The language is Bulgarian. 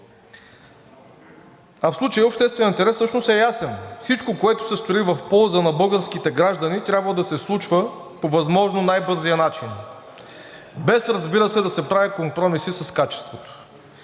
А в случая общественият интерес всъщност е ясен. Всичко, което се строи в полза на българските граждани, трябва да се случва по възможно най-бързия начин, разбира се, без да се правят компромиси с качеството.